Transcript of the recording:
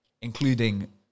including